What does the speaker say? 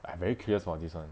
I very curious about this [one]